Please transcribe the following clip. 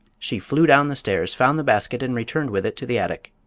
she flew down the stairs, found the basket and returned with it to the attic.